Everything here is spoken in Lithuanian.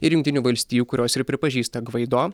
ir jungtinių valstijų kurios ir pripažįsta gvaido